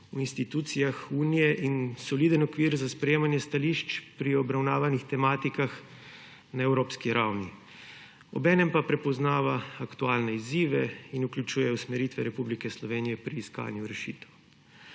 v institucijah Unije in soliden okvir za sprejemanje stališč pri obravnavanih tematikah na evropski ravni, obenem pa prepoznava aktualne izzive in vključuje usmeritve Republike Slovenije pri iskanju rešitev.